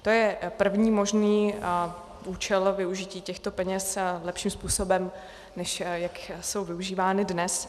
To je první možný účel využití těchto peněz lepším způsobem, než jak jsou využívány dnes.